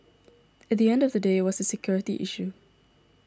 at the end of the day was a security issue